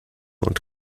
und